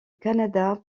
canada